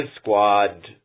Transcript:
squad